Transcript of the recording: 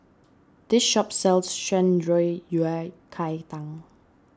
this shop sells Shan Rui Cai Tang